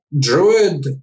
Druid